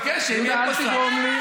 למה אתה לא מכבד אותנו?